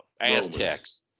Aztecs